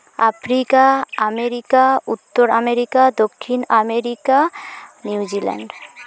Africa America ᱩᱛᱛᱚᱨ America ᱫᱚᱠᱠᱷᱤᱱ America New Zealand